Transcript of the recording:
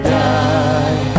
die